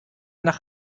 nach